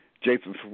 Jason